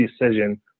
decision